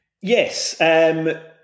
Yes